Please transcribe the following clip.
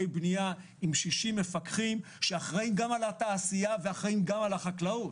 בניה עם 60 מפקחים שאחראים גם על התעשייה וגם על החקלאות.